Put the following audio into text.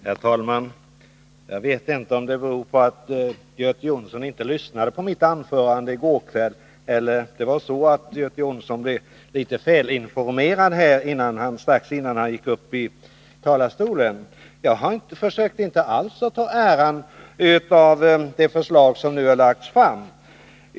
Herr talman! Jag vet inte hur det förhåller sig: om Göte Jonsson inte lyssnade på mitt anförande i går kväll eller om det var så, att han blev litet felinformerad här strax innan han gick upp i talarstolen. Jag försökte nämligen inte alls att vinna äran för det förslag som nu har lagts fram.